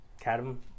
cadmium